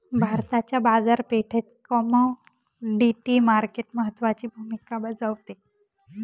भारताच्या बाजारपेठेत commodity market महत्त्वाची भूमिका बजावते